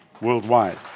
worldwide